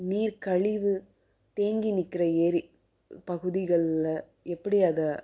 நீர் கழிவு தேங்கி நிற்கிற ஏரி பகுதிகளில் எப்படி அதை